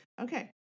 Okay